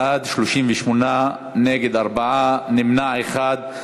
בעד, 38, נגד, 4, נמנע אחד.